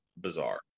bizarre